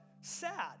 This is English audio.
sad